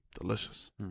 delicious